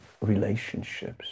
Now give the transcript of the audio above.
relationships